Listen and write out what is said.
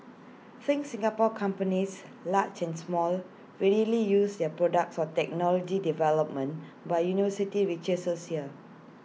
think Singapore companies large and small readily use their products or technology development by university researchers here